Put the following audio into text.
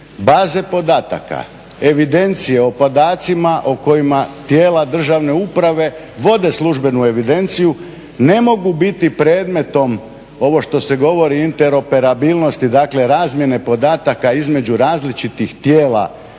baze podataka, evidencije o podacima o kojima tijela državne uprave vode službenu evidenciju ne mogu biti predmetom ovo što se govori interoperabilnosti, dakle razmjene podataka između različitih tijela